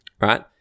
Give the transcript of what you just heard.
right